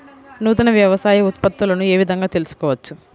నూతన వ్యవసాయ ఉత్పత్తులను ఏ విధంగా తెలుసుకోవచ్చు?